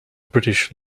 british